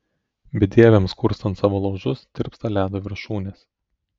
bedieviams kurstant savo laužus tirpsta ledo viršūnės